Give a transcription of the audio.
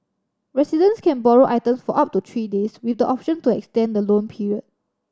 residents can borrow item for up to three days with the option to extend the loan period